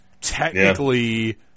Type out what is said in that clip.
technically